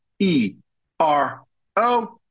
E-R-O